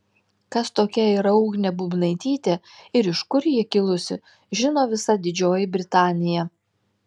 kas tokia yra ugnė bubnaitytė ir iš kur ji kilusi žino visa didžioji britanija